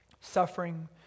suffering